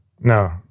no